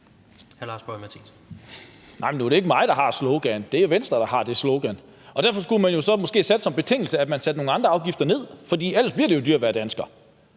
Nej, men nu er det ikke mig, der har sloganet, det er Venstre, der har det slogan. Derfor skulle man jo så måske have sat som betingelse, at man satte nogle andre afgifter ned, for ellers bliver det jo dyrere at være dansker.